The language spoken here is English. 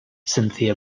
cynthia